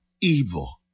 evil